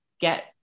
get